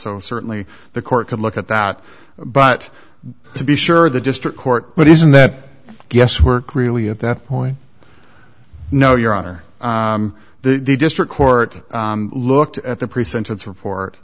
so certainly the court could look at that but to be sure the district court but isn't that guesswork really at that point no your honor the district court looked at the pre sentence report